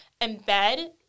embed